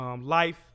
life